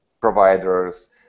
providers